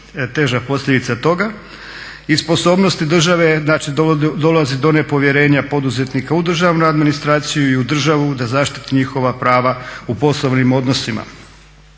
teža posljedica toga i sposobnosti države, znači dolazi do nepovjerenja poduzetnika u državnu administraciju i u državu da zaštiti njihova prava u poslovnim odnosima